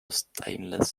stainless